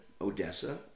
Odessa